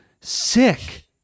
sick